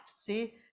See